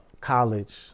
college